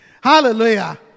Hallelujah